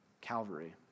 Calvary